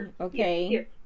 okay